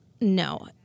No